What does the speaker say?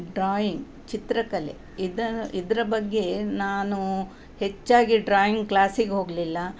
drawing ಚಿತ್ರಕಲೆ ಇದು ಇದರ ಬಗ್ಗೆ ನಾನು ಹೆಚ್ಚಾಗಿ ಡ್ರಾಯಿಂಗ್ ಕ್ಲಾಸಿಗೆ ಹೋಗಲಿಲ್ಲ